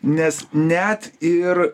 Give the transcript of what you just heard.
nes net ir